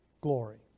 glory